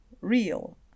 real